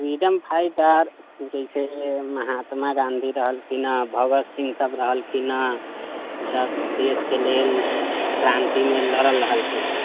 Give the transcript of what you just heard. freedom fighter जैसे महात्मा गाँधी रहलखिन हेँ भगत सिंह सभ रहलखिन हेँ ईसभ देशके लेल क्रान्तिमे लड़ल रहलखिन